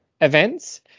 events